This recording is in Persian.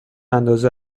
اندازه